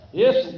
yes